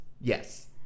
yes